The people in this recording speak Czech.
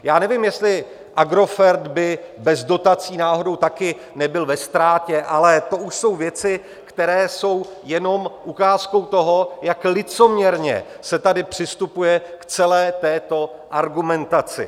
Já nevím, jestli Agrofert by bez dotací náhodou taky nebyl ve ztrátě, ale to už jsou věci, které jsou jenom ukázkou toho, jak licoměrně se tady přistupuje k celé této argumentaci.